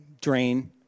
drain